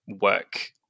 work